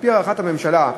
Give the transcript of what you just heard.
על-פי הערכת הממשלה,